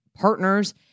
Partners